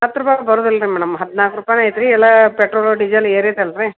ಹತ್ತು ರೂಪಯ್ಗೆ ಬರುದಿಲ್ಲ ರೀ ಮೇಡಮ್ ಹದಿನಾಲ್ಕು ರೂಪಾಯ್ನೇ ಐತೆ ರೀ ಎಲ್ಲ ಪೆಟ್ರೋಲು ಡೀಸೆಲ್ ಏರೈತೆ ಅಲ್ಲ ರೀ